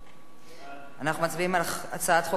אנחנו מצביעים על הצעת חוק ניירות ערך